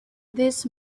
this